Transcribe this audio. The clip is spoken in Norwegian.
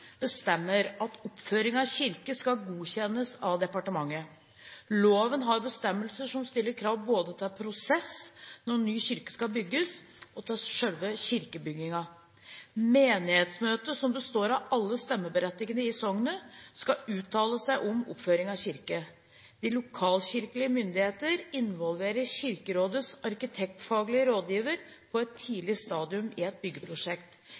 bestemmer at oppføring av kirke skal godkjennes av departementet. Loven har bestemmelser som stiller krav både til prosess når ny kirke skal bygges, og til selve kirkebygningen. Menighetsmøtet, som består av alle stemmeberettigede i soknet, skal uttale seg om oppføring av kirke. De lokalkirkelige myndigheter involverer Kirkerådets arkitektfaglige rådgiver på et tidlig stadium i et